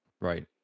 Right